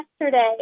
yesterday